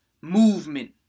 movement